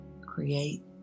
create